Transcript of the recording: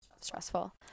stressful